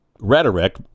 Rhetoric